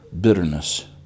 bitterness